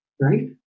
right